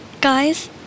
Guys